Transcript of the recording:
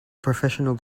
professional